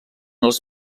els